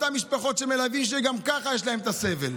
אותן משפחות ומלווים שגם ככה יש להם סבל,